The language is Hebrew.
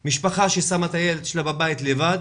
אם עכשיו משפחה שמה את הילד שלה בבית לבד,